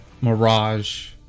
Mirage